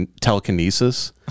telekinesis